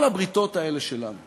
כל הבריתות האלה שלנו